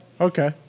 Okay